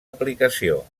aplicació